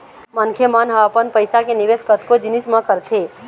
मनखे मन ह अपन पइसा के निवेश कतको जिनिस म करथे